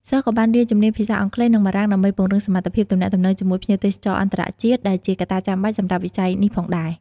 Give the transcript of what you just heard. សិស្សក៏បានរៀនជំនាញភាសាអង់គ្លេស និងបារាំង ដើម្បីពង្រឹងសមត្ថភាពទំនាក់ទំនងជាមួយភ្ញៀវទេសចរណ៍អន្តរជាតិ ដែលជាកត្តាចាំបាច់សម្រាប់វិស័យនេះផងដែរ។